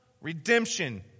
redemption